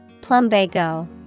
Plumbago